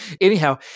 Anyhow